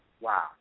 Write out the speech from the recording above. Wow